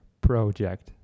Project